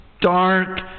dark